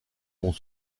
vont